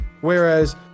Whereas